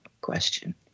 question